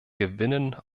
gewinnen